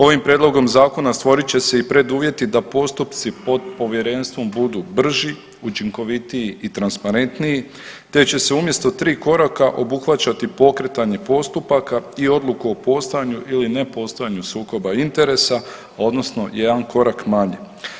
Ovim prijedlogom zakona stvorit će se i preduvjeti da postupci pod povjerenstvom budu brži, učinkovitiji i transparentniji te će se umjesto tri koraka obuhvaćati pokretanje postupaka i odluku o postojanju ili ne postojanju sukoba interesa odnosno jedan korak manje.